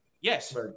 Yes